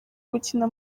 gukina